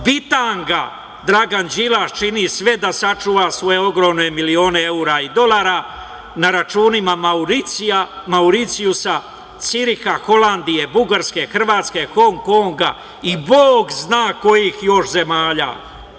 bitanga Dragan Đilas čini sve da sačuva svoje ogromne milione eura i dolara na računima Mauricijusa, Ciriha, Holandije, Bugarske, Hrvatske, Hong Konga i bog zna kojih još zemalja.